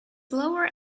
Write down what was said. lower